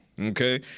Okay